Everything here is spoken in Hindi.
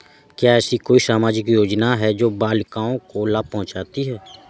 क्या ऐसी कोई सामाजिक योजनाएँ हैं जो बालिकाओं को लाभ पहुँचाती हैं?